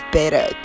better